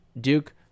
Duke